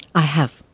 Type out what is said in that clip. i have,